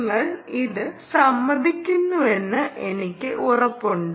നിങ്ങൾ ഇത് സമ്മതിക്കുമെന്ന് എനിക്ക് ഉറപ്പുണ്ട്